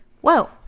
whoa